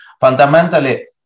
Fundamentally